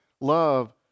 love